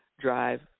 Drive